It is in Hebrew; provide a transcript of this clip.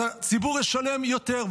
אז הציבור ישלם יותר.